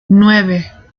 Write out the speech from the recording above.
nueve